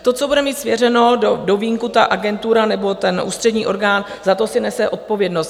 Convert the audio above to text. To, co bude mít svěřeno do vínku ta agentura nebo ten ústřední orgán, za to si nese odpovědnost.